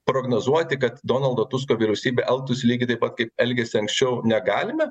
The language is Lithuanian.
prognozuoti kad donaldo tusko vyriausybė elgtųsi lygiai taip pat kaip elgėsi anksčiau negalime